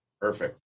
Perfect